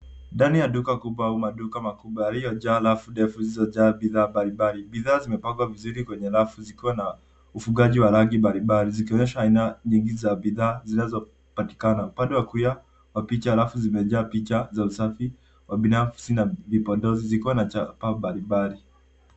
Ndani ya duka kubwa au maduka makubwa yaliyojaa rafu ndefu zilizojaa bidhaa mbalimbali. Bidhaa zimepangwa vizuri kwenye rafu zikiwa na ufugaji wa rangi mbalimbali zikionyesha aina nyingi za bidhaa zinazopatikana. Upande wa kulia wa picha, rafu zimejaa picha za usafi wa binafsi na vipodozi zikiwa na chapa mbalimbali.